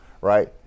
right